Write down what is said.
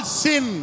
sin